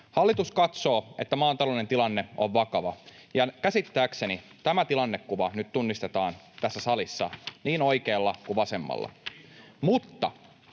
Hallitus katsoo, että maan talouden tilanne on vakava, ja käsittääkseni tämä tilannekuva nyt tunnistetaan tässä salissa niin oikealla kuin vasemmalla.